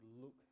look